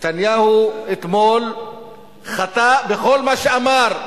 נתניהו אתמול חטא בכל מה שאמר,